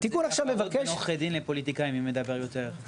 זה תחרות בין עורכי דין לפוליטיקאים מי מדבר יותר.